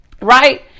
right